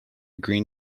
green